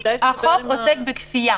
כדאי שתדבר עם --- החוק עוסק בכפייה,